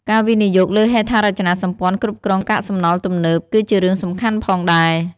ការវិនិយោគលើហេដ្ឋារចនាសម្ព័ន្ធគ្រប់គ្រងកាកសំណល់ទំនើប គឺជារឿងសំខាន់ផងដែរ។